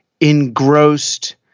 engrossed